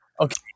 okay